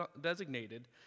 designated